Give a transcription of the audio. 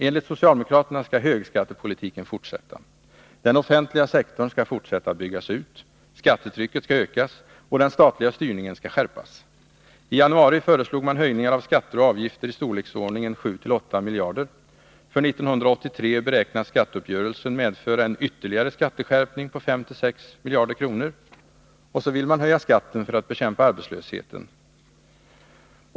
Enligt socialdemokraterna skall högskattepolitiken fortsätta. Den offentliga sektorn skall fortsätta att byggas ut. Skattetrycket skall ökas, och den statliga styrningen skall skärpas. I januari föreslog man höjningar av skatter och avgifter i storleksordningen 7-8 miljarder kronor. För 1983 beräknas skatteuppgörelsen medföra en ytterligare skatteskärpning på 5-6 miljarder kronor. Så vill man höja skatten för att bekämpa arbetslösheten.